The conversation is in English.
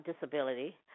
disability